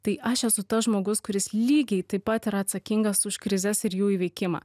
tai aš esu tas žmogus kuris lygiai taip pat yra atsakingas už krizes ir jų įveikimą